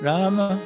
Rama